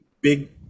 big